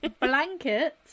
blanket